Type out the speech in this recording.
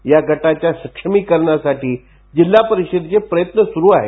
या गटाच्या सक्षमीकरणासाठी जिल्हा परिषदेचे प्रयत्न सुरु आहेत